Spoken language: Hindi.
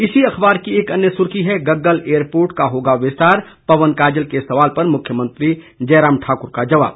इसी अखबार की एक अन्य सुर्खी है गग्गल एयरपोर्ट का होगा विस्तार पवन काजल के सवाल पर मुख्यमंत्री जयराम ठाकुर का जवाब